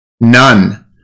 None